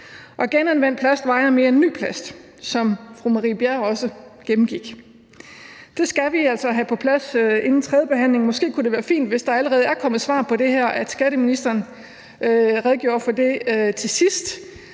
genanvendt plast vejer mere end ny plast, sådan som fru Marie Bjerre også gennemgik. Det skal vi altså have på plads inden tredjebehandlingen. Det kunne måske være fint, hvis der allerede er kommet svar på det, at skatteministeren redegør for det til sidst,